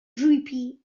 droopy